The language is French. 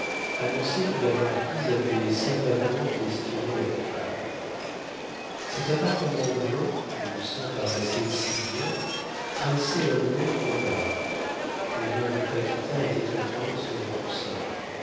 annonçaient que la marquise avait savamment questionné la coupable cet appartement blanc où le sang paraissait si bien trahissait un long combat les mains de paquita étaient empreintes sur les coussins